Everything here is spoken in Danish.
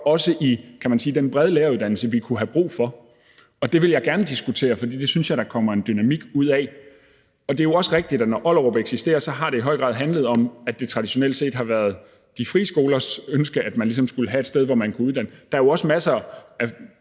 for i den brede læreruddannelse. Det vil jeg gerne diskutere, for det synes jeg der kommer en dynamik ud af. Det er også rigtigt, at når Den frie Lærerskole i Ollerup eksisterer, har det i høj grad handlet om, at det traditionelt set har været de frie skolers ønske, at man ligesom skulle have et sted, hvor man kunne uddanne. Der er jo også masser af